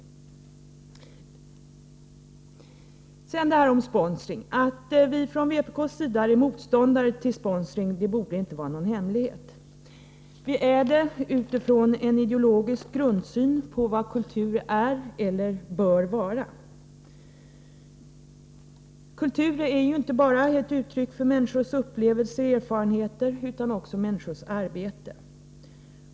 Sedan till detta med sponsring. Det borde inte vara någon hemlighet att vii vpk är motståndare till sponsring. Vi är det utifrån en ideologisk grundsyn på vad kultur är eller bör vara. Kultur är inte bara ett uttryck för människors upplevelser och erfarenheter, utan det är också människors arbete.